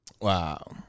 Wow